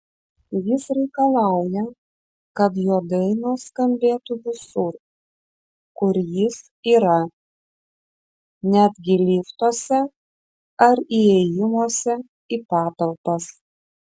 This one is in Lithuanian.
jis reikalauja kad jo dainos skambėtų visur kur jis yra netgi liftuose ar įėjimuose į patalpas